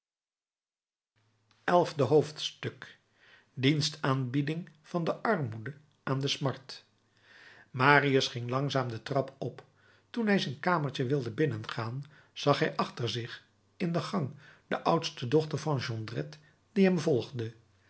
elfde hoofdstuk dienstaanbieding van de armoede aan de smart marius ging langzaam de trap op toen hij zijn kamertje wilde binnengaan zag hij achter zich in de gang de oudste dochter van jondrette die hem volgde